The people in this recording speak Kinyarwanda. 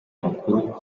makuru